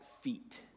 feet